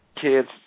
kids